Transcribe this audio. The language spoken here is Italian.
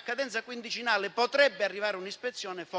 cadenza quindicinale potrebbe arrivare un'ispezione, forse